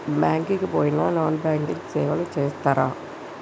Bank కి పోయిన non banking సేవలు చేస్తరా?